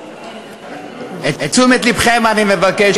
את תשומת לבכם אני מבקש.